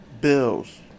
Bills